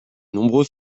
nombreux